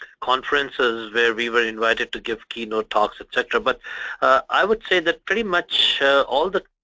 conferences where we were invited to give keynote talks, etc. but i would say that pretty much all the